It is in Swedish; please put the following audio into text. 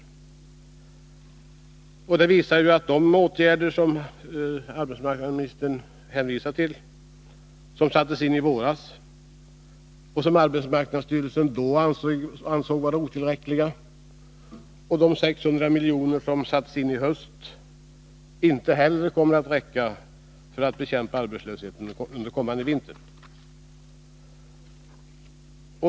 Det visar att de åtgärder som arbetsmarknadsministern hänvisar till — de medel som sattes in i våras och av arbetsmarknadsstyrelsen då ansågs vara otillräckliga och de 600 miljoner som satts in i höst — inte heller kommer att räcka för att bekämpa arbetslösheten under kommande vinter.